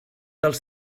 dels